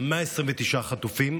129 חטופים,